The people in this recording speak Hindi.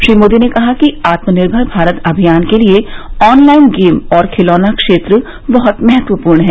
श्री मोदी ने कहा कि आत्मनिर्भर भारत अभियान के लिए ऑनलाइन गेम और खिलौना क्षेत्र बहत महत्वपूर्ण हैं